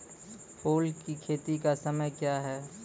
फुल की खेती का समय क्या हैं?